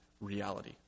reality